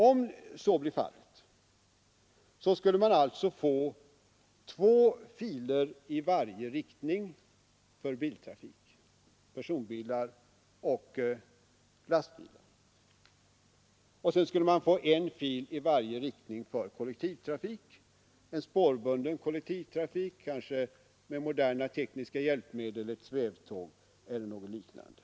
Om så blir fallet, skulle man alltså få två filer i varje riktning för biltrafik, för personbilar och lastbilar. Sedan skulle man få en fil i varje riktning för kollektivtrafik, kanske en spårbunden kollektivtrafik med moderna tekniska hjälpmedel, svävtåg eller något liknande.